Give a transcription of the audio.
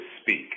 speak